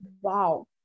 wow